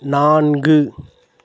நான்கு